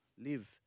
live